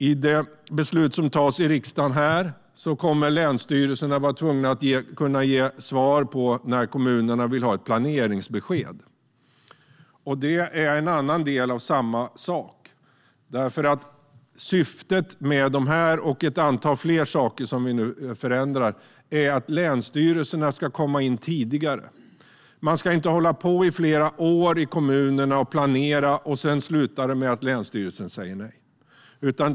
I och med det beslut som fattas här i riksdagen kommer länsstyrelserna att vara tvungna att kunna ge svar när kommunerna vill ha ett planeringsbesked. Det är en annan del av samma sak. Syftet med dessa och ett antal fler saker som vi nu förändrar är att länsstyrelserna ska komma in tidigare. Man ska inte hålla på i kommunerna i flera år och planera, och sedan slutar det med att länsstyrelsen säger nej.